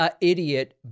idiot